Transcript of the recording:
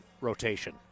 rotation